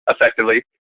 effectively